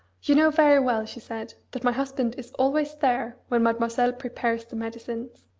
you know very well she said, that my husband is always there when mademoiselle prepares the medicines.